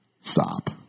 Stop